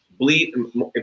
bleed